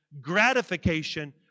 gratification